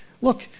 Look